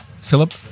Philip